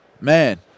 Man